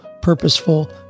purposeful